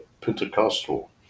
Pentecostal